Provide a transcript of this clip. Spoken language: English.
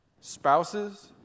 spouses